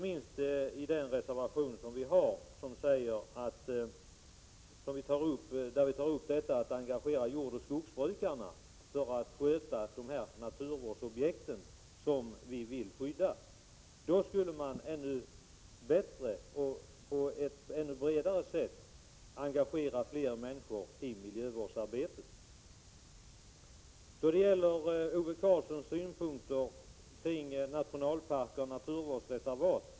Detta framhåller vi inte minst i vår reservation där vi tar upp jordoch skogsbrukarnas engagemang för att skydda naturvårdsobjekt. På så sätt skulle man på ett bättre och bredare sätt engagera människor i miljövårdsarbetet. Ove Karlsson hade inte mycket att komma med när det gäller synpunkter på nationalparker och naturvårdsreservat.